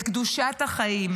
את קדושת החיים,